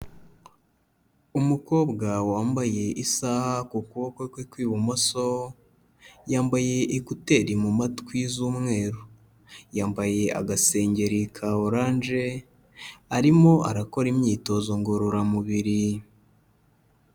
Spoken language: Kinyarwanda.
Umukobwa wambaye isaha ku kuboko kwe kw'ibumoso, yambaye ekuteri mu matwi z'umweru, yambaye agasengeri ka orange, arimo arakora imyitozo ngororamubiri.